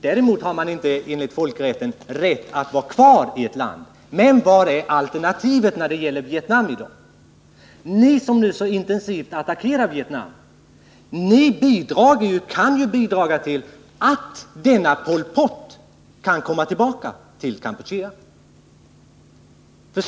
Däremot har man enligt folkrätten inte rätt att vara kvar i ett land, men vad är i dag alternativet när det gäller Vietnam? Ni som nu så intensivt attackerar Vietnam kan bidra till att Pol Pot kan komma tillbaka till Kampuchea.